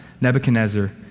Nebuchadnezzar